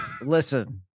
Listen